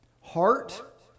Heart